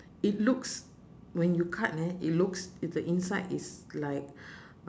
it looks when you cut eh it looks it the inside is like